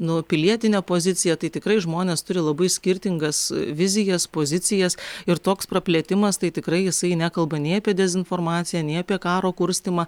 nu pilietine pozicija tai tikrai žmonės turi labai skirtingas vizijas pozicijas ir toks praplėtimas tai tikrai jisai nekalba nei apie dezinformaciją nei apie karo kurstymą